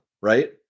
right